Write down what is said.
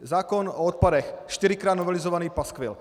Zákon o odpadech čtyřikrát novelizovaný paskvil!